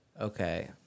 okay